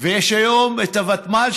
יש היום את הוותמ"ל,